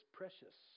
precious